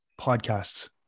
podcasts